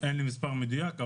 אין לי מספר מדויק.